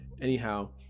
Anyhow